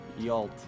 Yalt